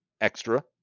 extra